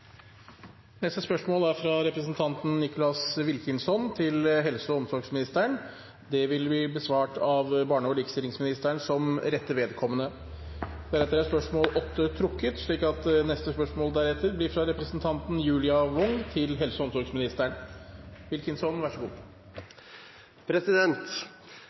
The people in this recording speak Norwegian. neste spørretime, da statsråden er bortreist. Spørsmål 7, fra representanten Nicholas Wilkinson til helse- og omsorgsministeren, vil bli besvart av barne- og likestillingsministeren som rette vedkommende. Spørsmål 8, fra representanten Carl-Erik Grimstad til helse- og omsorgsministeren,